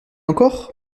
encore